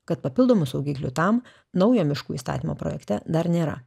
kad papildomų saugiklių tam naujo miškų įstatymo projekte dar nėra